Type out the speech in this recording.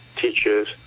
teachers